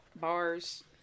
Bars